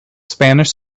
spanish